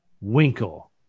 Winkle